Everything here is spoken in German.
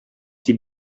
die